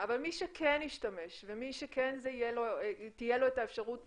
אבל מי שכן ישתמש ומי שכן תהיה לו את האפשרות